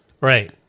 Right